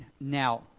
Now